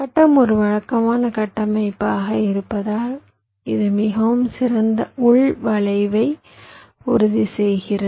கட்டம் ஒரு வழக்கமான கட்டமைப்பாக இருப்பதால் இது மிகவும் சிறந்த உள் வளைவை உறுதி செய்கிறது